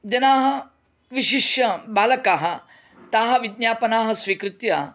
जनाः विशिष्य बालकाः ताः विज्ञापनाः स्वीकृत्य